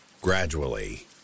Gradually